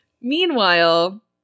Meanwhile